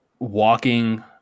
Walking